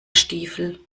stiefel